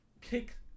kick